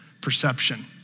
perception